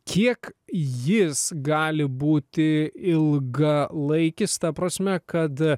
kiek jis gali būti ilgalaikis ta prasme kad